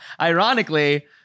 Ironically